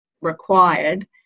required